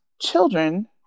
children